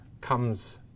comes